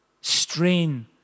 strain